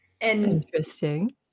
interesting